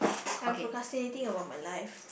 I'm procrastinating about my life